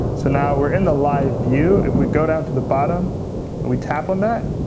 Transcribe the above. so now, we're in the live view. if we go down to the bottom, and we tap on that,